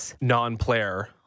non-player